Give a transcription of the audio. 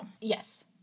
Yes